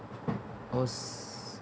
I was